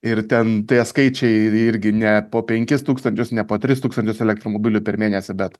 ir ten tie skaičiai irgi ne po penkis tūkstančius ne po tris tūkstančius elektromobilių per mėnesį bet